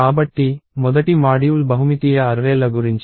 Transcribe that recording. కాబట్టి మొదటి మాడ్యూల్ బహుమితీయ అర్రే ల గురించి